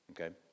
Okay